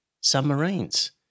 submarines